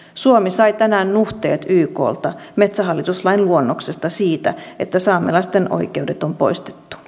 suomi sai tänään nuhteet yklta metsähallitus lain luonnoksesta siitä että saamelaisten oikeudet on poistettu